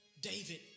David